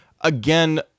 again